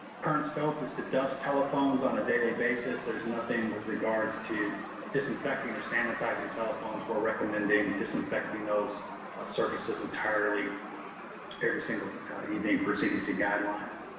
current scope is to dust telephones on a daily basis. there's nothing with regards to disinfecting or sanitizing telephones we're recommending disinfecting those surfaces entirely every single evening per cdc guidelines.